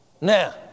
Now